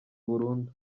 burundu